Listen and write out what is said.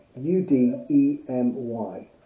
u-d-e-m-y